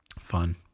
Fun